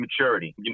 maturity